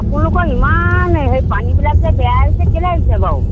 আপোনালোকৰ ইমান হেৰি পানীবিলাক যে বেয়া আহিছে কেলৈ আহিছে বাৰু